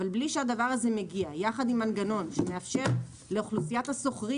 אבל מבלי שהדבר הזה מגיע יחד עם מנגנון שמאפשר לאוכלוסיית השוכרים